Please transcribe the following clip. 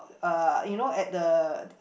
uh you know at the